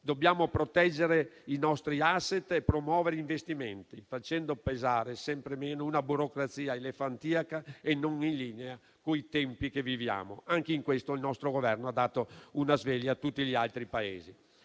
Dobbiamo proteggere i nostri *asset* e promuovere gli investimenti, facendo pesare sempre meno una burocrazia elefantiaca e non in linea coi tempi che viviamo. Anche in questo il nostro Governo ha dato una sveglia a tutti gli altri Paesi.